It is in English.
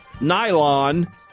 nylon